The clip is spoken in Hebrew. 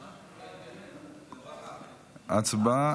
הצבעה.